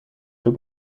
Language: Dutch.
zoek